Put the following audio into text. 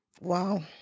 Wow